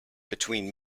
between